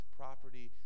property